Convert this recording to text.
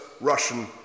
Russian